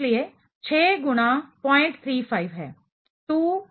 इसलिए 6 गुना 035 है 210